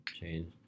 change